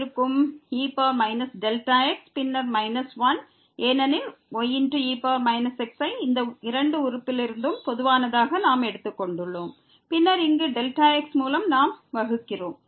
e x பின்னர் −1 ஏனெனில் ye x ஐ இந்த இரண்டு உறுப்பிலிருந்தும் பொதுவானதாக நாம் எடுத்துக் கொண்டுள்ளோம் பின்னர் அங்கு Δx மூலம் நாம் வகுக்கிறோம்